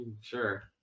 Sure